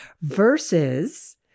versus